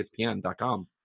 ESPN.com